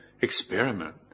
experiment